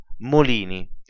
Molini